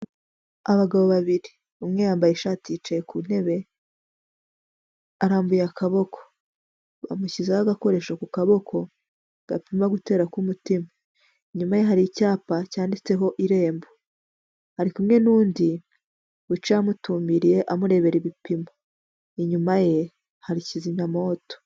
Abagabo babiri umwe yambaye ishati yicaye ku ntebe, arambuye akaboko, bamushyizeho agakoresho ku kaboko gapima gutera k'umutima, inyuma ye hari icyapa cyanditseho irembo, ari kumwe n'undi wicaye amutumbiriye, amurebera ibipimo inyuma ye hari kizimyamwoto.